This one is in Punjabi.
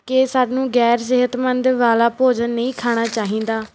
ਕਿ ਸਾਨੂੰ ਗੈਰ ਸਿਹਤਮੰਦ ਵਾਲਾ ਭੋਜਨ ਨਹੀਂ ਖਾਣਾ ਚਾਹੀਦਾ